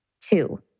Two